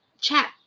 chat